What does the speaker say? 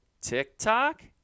TikTok